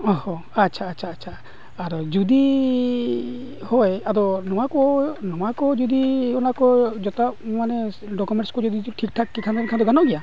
ᱟᱨᱦᱚᱸ ᱟᱪᱪᱷᱟ ᱟᱪᱪᱷᱟ ᱟᱨ ᱡᱩᱫᱤ ᱦᱳᱭ ᱟᱫᱚ ᱱᱚᱣᱟ ᱠᱚ ᱡᱩᱫᱤ ᱚᱱᱟ ᱠᱚ ᱡᱚᱛᱚ ᱢᱟᱱᱮ ᱰᱚᱠᱳᱢᱮᱱᱴᱥ ᱠᱚ ᱡᱩᱫᱤ ᱴᱷᱤᱠ ᱴᱷᱟᱠ ᱜᱮᱠᱷᱟᱱ ᱮᱱᱠᱷᱟᱱ ᱫᱚ ᱜᱟᱱᱚᱜ ᱜᱮᱭᱟ